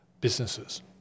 businesses